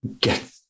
get